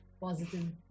positive